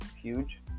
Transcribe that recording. huge